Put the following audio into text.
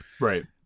Right